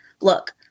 look